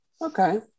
Okay